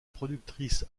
productrice